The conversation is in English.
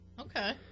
Okay